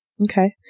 Okay